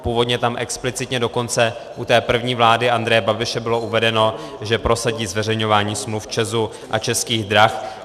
Původně tam explicitně dokonce u první vlády Andreje Babiše bylo uvedeno, že prosadí zveřejňování smluv ČEZu a Českých drah.